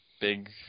big